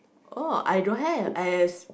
oh I don't have I has